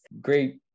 great